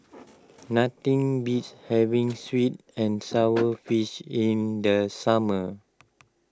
nothing beats having Sweet and Sour Fish in the summer